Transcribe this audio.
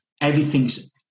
Everything's